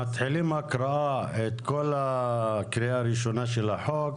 לא מתחילים בהקראה בקריאה ראשונה של החוק.